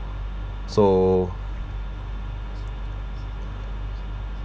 so